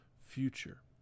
future